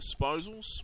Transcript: Disposals